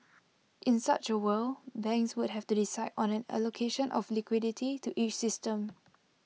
in such A world banks would have to decide on an allocation of liquidity to each system